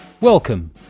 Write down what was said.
Welcome